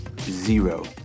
zero